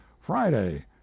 Friday